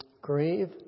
grieve